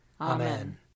Amen